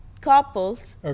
couples